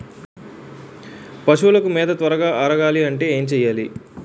పశువులకు మేత త్వరగా అరగాలి అంటే ఏంటి చేయాలి?